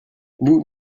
nous